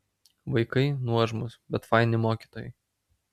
vaikai nuožmūs bet faini mokytojai